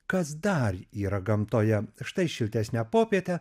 kas dar yra gamtoje štai šiltesnę popietę